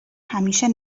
همیشه